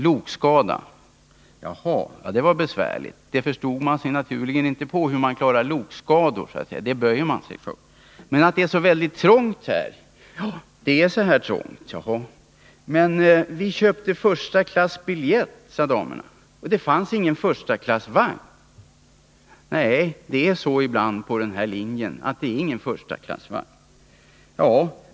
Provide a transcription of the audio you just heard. — Lokskada. — Jaha, det var besvärligt. Man förstår sig naturligen inte på hur SJ klarar lokskador, utan det böjer man sig för. — Men varför är det så väldigt trångt? — Det är så här trångt. — Men vi köpte förstaklassbiljetter, sade damerna, och det fanns ingen förstaklassvagn. — Nej, det är så ibland på den här linjen att det är ingen förstaklassvagn.